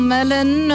Melon